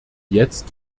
jetzt